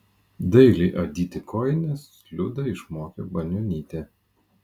dailiai adyti kojines liudą išmokė banionytė